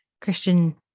Christian